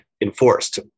enforced